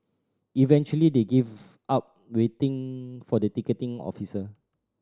eventually they gave up waiting for the ticketing officer